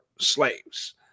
slaves